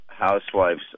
Housewives